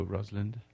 Rosalind